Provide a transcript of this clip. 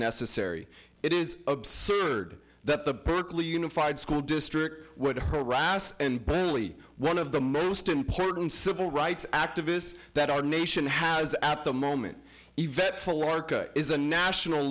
necessary it is absurd that the berkeley unified school district would harass and beverly one of the most important civil rights activists that our nation has at the moment eventful arca is a national